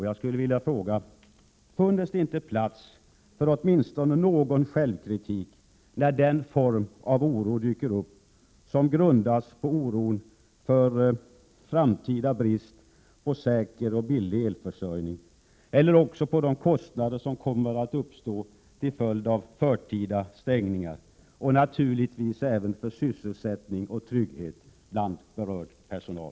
; Jag skulle vilja fråga: Finns det inte plats för åtminstone någon självkritik när den form av rädsla dyker upp som grundas på oro för framtida brist på säker och billig elförsörjning, oro för de kostnader som kommer att uppstå till följd av förtida stängningar, och naturligtvis även oro för sysselsättning och trygghet bland berörd personal?